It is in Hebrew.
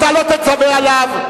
אתה לא תצווה עליו,